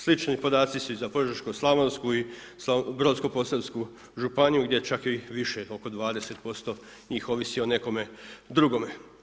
Slični podaci su i za Požeško-slavonsku i Brodsko-posavsku županiju gdje čak i više oko 20% njih ovisi o nekome drugome.